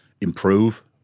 improve